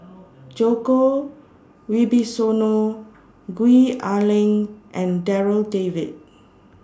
Djoko Wibisono Gwee Ah Leng and Darryl David